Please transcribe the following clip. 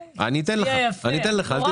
צודק בזה שאתה שואל